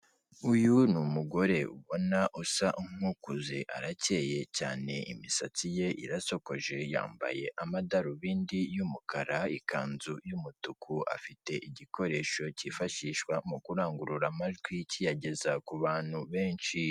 Uyu ni umugore ubona usa nk'ukuze, arakeye cyane, imisatsi ye irasokoje, yambaye amadarubindi y'umukara, ikanzu y'umutuku, afite igikoresho cyifashishwa mu kurangurura amajwi kiyageza ku bantu benshi.